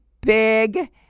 big